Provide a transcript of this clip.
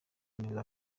neza